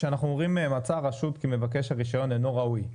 כשאנחנו אומרים "..מצאה הרשות כי מבקש הרישיון אינו ראוי..",